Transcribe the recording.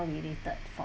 related